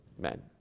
men